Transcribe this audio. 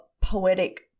poetic